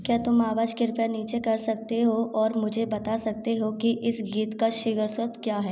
क्या तुम आवाज़ कृपया नीचे कर सकते हो और मुझे बता सकते हो कि इस गीत का शीर्षक क्या है